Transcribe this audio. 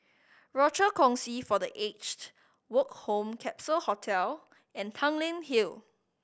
Rochor Kongsi for The Aged Woke Home Capsule Hostel and Tanglin Hill